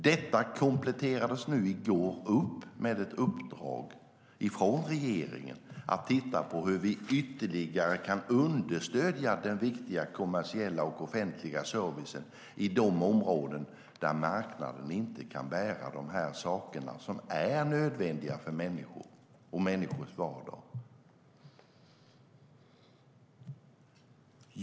Detta kompletterades i går med ett uppdrag från regeringen att titta på hur vi ytterligare kan understödja den viktiga kommersiella och offentliga servicen i de områden där marknaden inte kan bära de saker som är nödvändiga för människor och människors vardag.